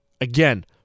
again